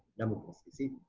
democracy, see?